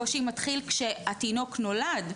הקושי מתחיל כשהתינוק נולד,